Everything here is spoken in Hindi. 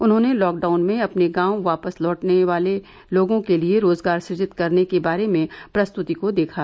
उन्होंने लॉकडाउन में अपने गांव वापस लौटने वालों के लिए रोजगार सुजित करने के बारे में प्रस्तुति को देखा